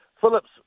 Phillips